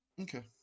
Okay